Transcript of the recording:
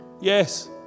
Yes